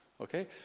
okay